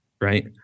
right